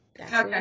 Okay